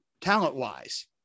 talent-wise